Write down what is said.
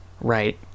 right